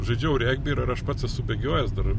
žaidžiau regbį aš pats esu bėgiojęs dar